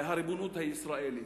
לריבונות ישראלית.